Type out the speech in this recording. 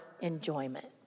enjoyment